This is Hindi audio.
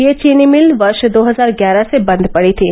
यह चीनी मिल वर्ष दो हजार ग्यारह से बंद पड़ी थी